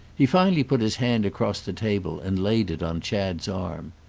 he finally put his hand across the table and laid it on chad's arm.